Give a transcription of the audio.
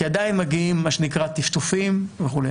כי עדיין מגיעים טפטופים וכו'.